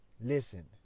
Listen